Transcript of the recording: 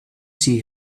see